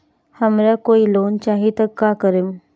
हमरा कोई लोन चाही त का करेम?